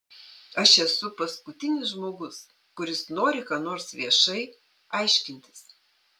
aš esu paskutinis žmogus kuris nori ką nors viešai aiškintis